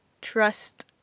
trust